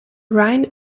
rind